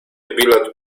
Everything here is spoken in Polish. bilet